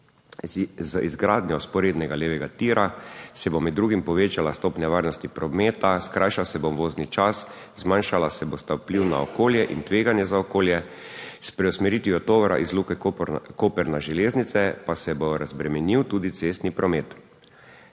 Z izgradnjo vzporednega levega tira se bo med drugim povečala stopnja varnosti prometa, skrajšal se bo vozni čas, zmanjšala se bosta vpliv na okolje in tveganje za okolje, s preusmeritvijo tovora iz Luke Koper na železnice pa se bo razbremenil tudi cestni promet.